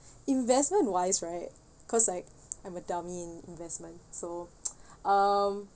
investment wise right because I am a dummy in investment so um